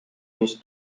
mis